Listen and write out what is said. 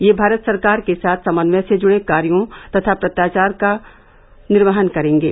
यह भारत सरकार के साथ समन्वय से जुड़े कार्यों व पत्राचार आदि का निर्वहन करेंगे